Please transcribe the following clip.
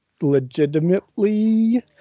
legitimately